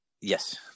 Yes